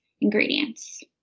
ingredients